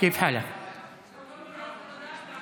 לוועדה הזמנית